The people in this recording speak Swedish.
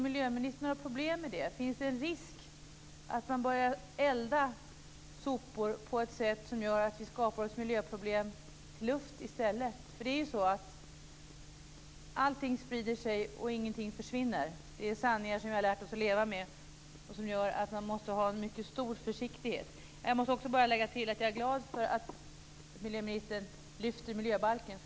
Finns det en risk för att man börjar elda sopor på ett sätt som gör att vi skapar miljöproblem i luften i stället? Att allting sprider sig och att ingenting försvinner är sanningar som vi har fått lära oss att leva med och som gör att man måste visa en mycket stor försiktighet. Jag vill också lägga till att jag är glad för att miljöministern lyfter fram miljöbalken.